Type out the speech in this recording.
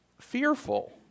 fearful